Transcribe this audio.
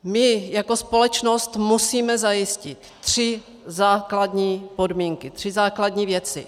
My jako společnost musíme zajistit tři základní podmínky, tři základní věci.